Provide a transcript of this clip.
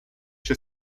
się